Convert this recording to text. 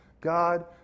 God